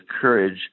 courage